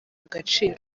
agaciro